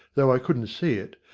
though i couldn't see it,